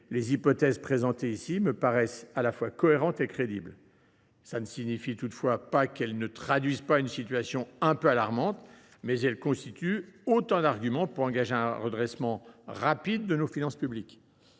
les hypothèses présentées ici me semblent cohérentes et crédibles. Cela ne signifie pas pour autant qu’elles ne traduisent pas une situation quelque peu alarmante, mais elles constituent autant d’arguments pour engager un redressement rapide de nos finances publiques.